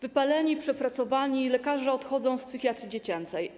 Wypaleni, przepracowani lekarze odchodzą z psychiatrii dziecięcej.